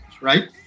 right